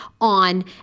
on